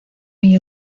hay